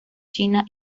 china